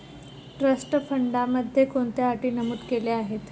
Trust फंडामध्ये कोणत्या अटी नमूद केल्या आहेत?